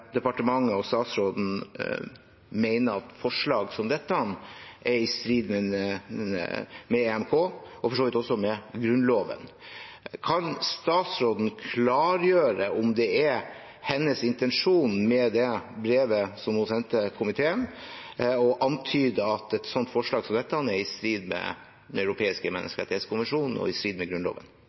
departementet og statsråden mener at forslag som dette er i strid med EMK, og for så vidt også med Grunnloven. Kan statsråden klargjøre om hennes intensjon med det brevet som hun sendte komiteen, er å antyde at et forslag som dette er i strid med Den europeiske menneskerettskonvensjon og i strid med Grunnloven?